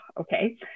okay